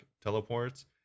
teleports